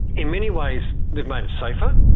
in many ways we've made it safer.